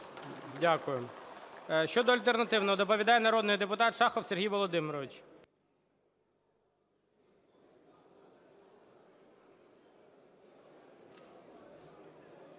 Дякую. Щодо альтернативного, доповідає народний депутат Шахов Сергій Володимирович.